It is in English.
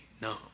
No